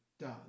done